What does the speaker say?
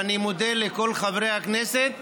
ואני מודה לכל חברי הכנסת,